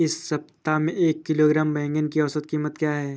इस सप्ताह में एक किलोग्राम बैंगन की औसत क़ीमत क्या है?